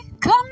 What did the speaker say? Come